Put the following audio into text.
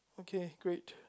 okay great